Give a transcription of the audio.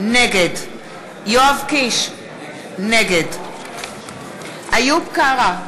נגד יואב קיש, נגד איוב קרא,